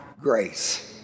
Grace